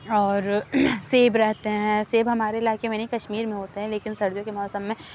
اور سیب رہتے ہیں سیب ہمارے علاقے میں نہیں کشمیر میں ہوتے ہیں لیکن سردیوں کے موسم میں